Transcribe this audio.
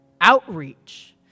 Outreach